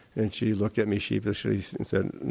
and she looked at me sheepishly and said,